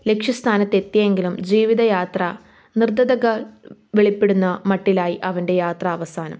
ലക്ഷ്യസ്ഥാനത്ത് എത്തിയെങ്കിലും ജീവിതയാത്ര വെളിപ്പെടുന്ന മട്ടിലായി അവന്റെ യാത്ര അവസാനം